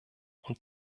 und